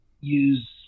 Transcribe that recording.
use